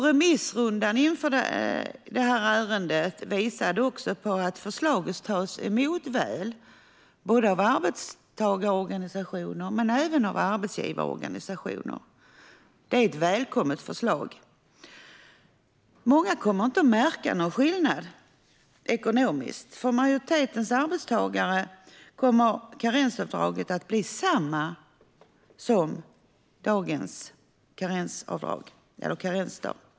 Remissrundan gällande det här ärendet visade också att förslaget tas emot väl av både arbetstagarorganisationer och arbetsgivarorganisationer. Det är ett välkommet förslag. Många kommer inte att märka någon skillnad ekonomiskt. För majoriteten av arbetstagarna kommer karensavdraget att bli samma som dagens karensdag.